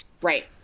Right